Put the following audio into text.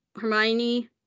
Hermione